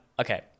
Okay